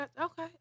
Okay